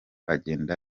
agenda